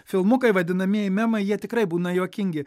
filmukai vadinamieji memai jie tikrai būna juokingi